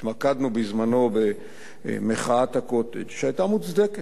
התמקדנו בזמננו במחאת ה"קוטג'", שהיתה מוצדקת.